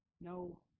no